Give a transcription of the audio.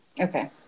Okay